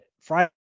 Friday